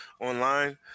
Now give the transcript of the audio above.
online